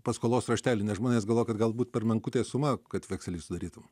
paskolos raštelį nes žmonės galvoja kad galbūt per menkutė suma kad vekselį sudarytum